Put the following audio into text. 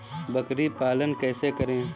बकरी पालन कैसे करें?